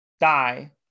die